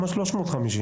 גם ה-350.